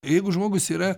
jeigu žmogus yra